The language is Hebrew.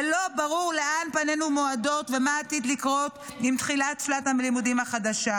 ולא ברור לאן פנינו מועדות ומה עתיד לקרות עם תחילת שנת הלימודים החדשה.